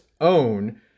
own